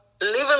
living